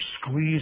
squeeze